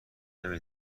نمی